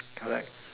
correct